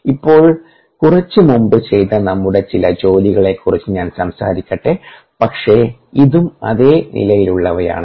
ഇപ്പോൾ കുറച്ച് മുമ്പ് ചെയ്ത നമ്മുടെ ചില ജോലികളെക്കുറിച്ച് ഞാൻ സംസാരിക്കട്ടെ പക്ഷേ ഇതും അതേ നിലയിലുള്ളവയാണ്